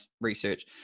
research